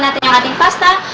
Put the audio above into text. the pasta